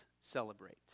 celebrate